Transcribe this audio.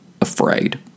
afraid